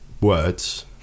words